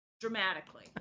dramatically